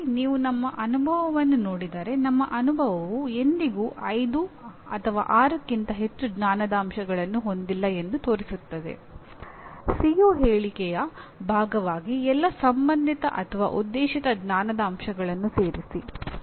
ನೀವು ಸಾಮಾನ್ಯ ಪದವಿಗಳೆಂದು ಕರೆಯುವಂತಹ ವೃತ್ತಿಪರ ಪದವಿಗಳನ್ನು ನೋಡಿದಾಗ ಅವುಗಳ ಪ್ರೋಗ್ರಾಮ್ ಪರಿಣಾಮ ಮಾನ್ಯತೆ ಪಡೆಯುವುದರಿಂದ ಅವರಿಗೆ ಈ ಸ್ವಾತಂತ್ರ್ಯ ದೊರಕುತ್ತದೆ